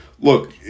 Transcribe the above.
look